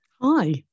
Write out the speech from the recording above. Hi